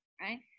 right